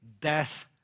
Death